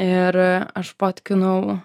ir aš fotkinau